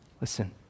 Listen